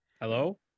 hello